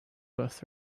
birth